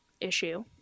issue